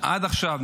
עד עכשיו,